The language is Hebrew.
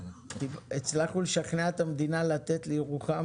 הצלחנו לשכנע את המדינה לתת לירוחם